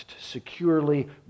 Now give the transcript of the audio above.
securely